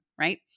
Right